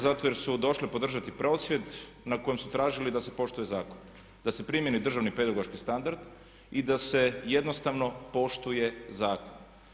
Zato jer su došle podržati prosvjed na kojem su tražili da se poštuje zakon, da se primjeni državni pedagoški standard i da se jednostavno poštuje zakon.